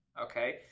okay